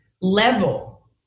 level